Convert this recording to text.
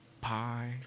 pie